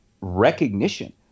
recognition